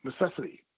necessity